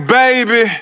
baby